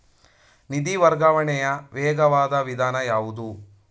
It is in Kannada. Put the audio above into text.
ನಿಧಿ ವರ್ಗಾವಣೆಯ ವೇಗವಾದ ವಿಧಾನ ಯಾವುದು?